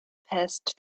passed